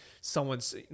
someone's